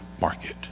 Market